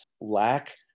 lack